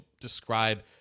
describe